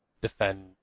defend